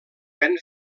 ven